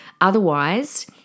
Otherwise